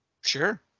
sure